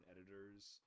editors